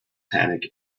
panic